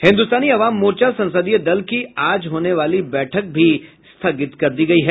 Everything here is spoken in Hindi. हिन्दुस्तानी अवाम मोर्चा संसदीय दल की आज होने वाली बैठक भी स्थगित कर दी गयी है